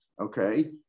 okay